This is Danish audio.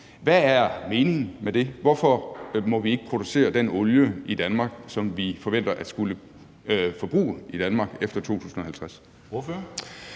Hvad er meningen med det? Hvorfor må vi ikke producere den olie i Danmark, som vi forventer at skulle forbruge i Danmark efter 2050?